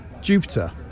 Jupiter